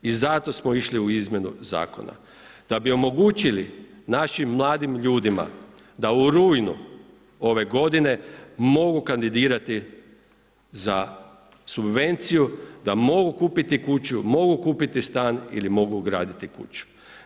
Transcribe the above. I zato smo išli u izmjenu zakona, da bi omogućili našim mladim ljudima da u rujnu ove godine mogu kandidirati za subvenciju da mogu kupiti kuću, mogu kupiti stan ili mogu graditi kuću.